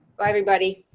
bye everybody.